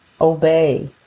obey